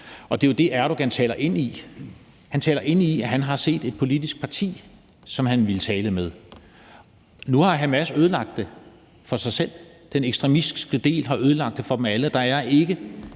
Og det er jo det, Erdogan taler ind i; han taler ind i, at han har set et politisk parti, som han ville tale med. Nu har Hamas ødelagt det for sig selv. Den ekstremistiske del har ødelagt det for dem alle, og der er ikke